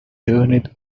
turned